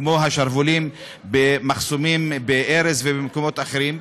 כמו השרוולים במחסומים, בארז ובמקומות אחרים.